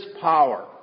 power